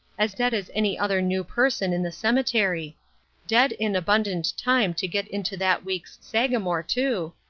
as dead as any other new person in the cemetery dead in abundant time to get into that week's sagamore, too,